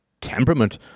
temperament